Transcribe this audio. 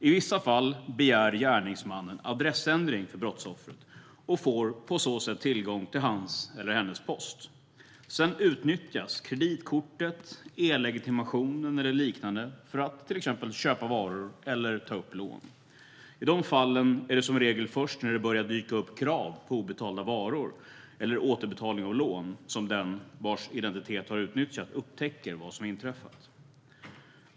I vissa fall begär gärningsmannen adressändring för brottsoffret och får på så sätt tillgång till hans eller hennes post. Sedan utnyttjas kreditkortet, e-legitimationen eller liknande för att till exempel köpa varor eller ta lån. I de fallen är det som regel först när det börjar dyka upp krav på obetalda varor eller återbetalning av lån som den vars identitet har utnyttjats upptäcker vad som har inträffat.